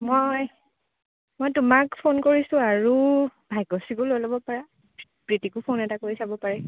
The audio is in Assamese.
মই মই তোমাক ফোন কৰিছোঁ আৰু ভাগ্যশ্ৰীকো লৈ ল'ব পাৰা প্ৰীতিকো ফোন এটা কৰি চাব পাৰি